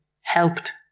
Helped